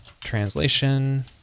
translation